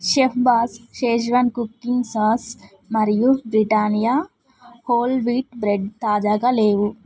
chef Boss schezwan cooking sauce మరియు Britannia whole wheat bread తాజాగా లేవు